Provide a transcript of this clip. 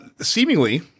Seemingly